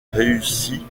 réussie